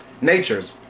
natures